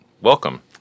welcome